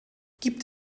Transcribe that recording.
gibt